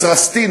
בישראסטין,